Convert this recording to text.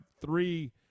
three